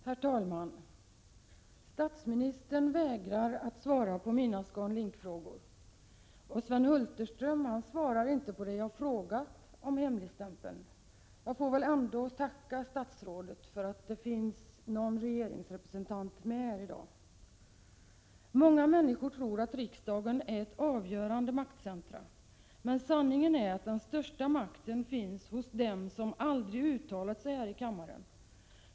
Herr talman! Statsministern vägrar att svara på mina ScanLink-frågor. Sven Hulterström svarar inte på min fråga om hemligstämpeln. Jag får ändå tacka statsrådet för att det finns någon regeringsrepresentant med här i kammaren i dag. Många människor tror att riksdagen är ett centrum med avgörande makt. Sanningen är dock att den största makten finns hos dem som aldrig uttalat sig här i kammaren.